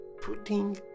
putting